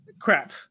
crap